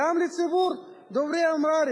גם לציבור דוברי האמהרית,